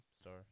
star